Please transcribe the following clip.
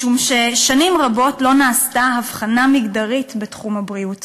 משום ששנים רבות לא נעשתה הבחנה מגדרית בתחום הבריאות.